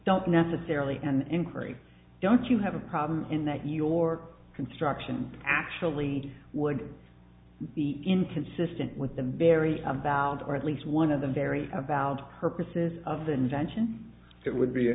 don't necessarily an inquiry don't you have a problem in that your construction actually would be inconsistent with the very abound or at least one of the very about purposes of the invention that would be